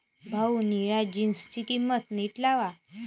भाऊ, निळ्या जीन्सची किंमत नीट लावा